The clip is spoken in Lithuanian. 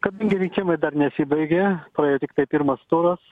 kadangi rinkimai dar nesibaigė praėjo tiktai pirmas turas